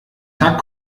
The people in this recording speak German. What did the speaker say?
tag